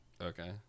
Okay